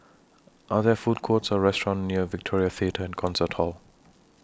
Are There Food Courts Or restaurants near Victoria Theatre and Concert Hall